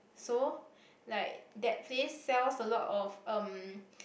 so like that place sells a lot of um